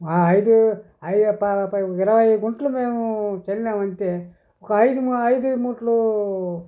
మా అయిదు అయిదు ఇరవై కుంటలు మేము చల్లామంటే ఒక అయిదు అయిదు మూటలు